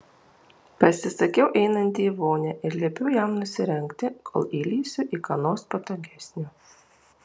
pasisakiau einanti į vonią ir liepiau jam nusirengti kol įlįsiu į ką nors patogesnio